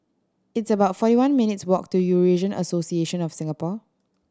it's about forty one minutes' walk to Eurasian Association of Singapore